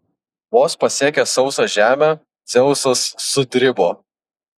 vos pasiekęs sausą žemę dzeusas sudribo